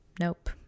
nope